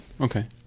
Okay